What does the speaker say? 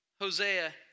Hosea